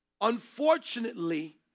unfortunately